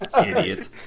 Idiot